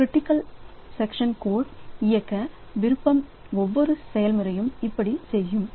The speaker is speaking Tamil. கிரிட்டிக்கல் சக்சன் கோடு இயக்க விரும்பும் ஒவ்வொரு செயல்முறையும் இப்படி செய்யும்